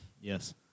Yes